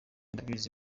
ndabizi